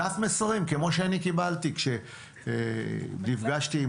דף מסרים כמו שאני קיבלתי כשנפגשתי עם